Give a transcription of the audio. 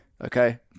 okay